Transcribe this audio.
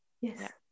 Yes